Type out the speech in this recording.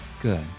Good